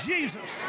Jesus